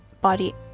body